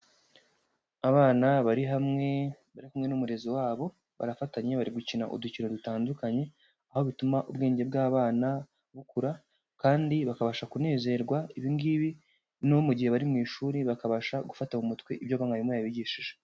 Abana bari hamwe bari kumwe n'umurezi wabo, barafatanye bari gukina udukino dutandukanye, aho bituma ubwenge bw'abana bukura kandi bakabasha kunezerwa, ibi ngibi no mu gihe bari mu ishuri bakabasha gufata mu mutwe ibyo mwarimu yabigishije.